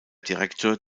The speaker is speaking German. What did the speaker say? direktor